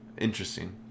interesting